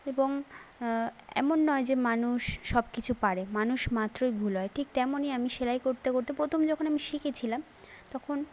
এবং এমন নয় যে মানুষ সব কিছু পারে মানুষ মাত্রই ভুল হয় ঠিক তেমনই আমি সেলাই করতে করতে প্রথম যখন আমি শিখেছিলাম তখন